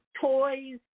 toys